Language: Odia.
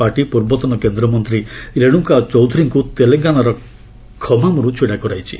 ପାର୍ଟି ପୂର୍ବତନ କେନ୍ଦ୍ରମନ୍ତ୍ରୀ ରେଣୁକା ଚୌଧୁରୀଙ୍କୁ ତେଲଙ୍ଗାନାର ଖମାମ୍ରୁ ଛିଡ଼ା କରାଇଛି